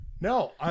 No